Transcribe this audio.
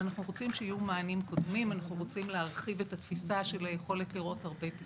היא יכולה להיות משבר במשפחה ואני רוצה להתייחס לעניין ההורים,